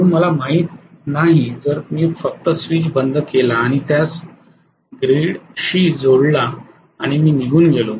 म्हणून मला माहित नाही जर मी फक्त स्विच बंद केला आणि त्यास ग्रीडशी जोडला आणि मी निघून गेलो